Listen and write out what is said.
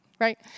right